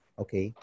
okay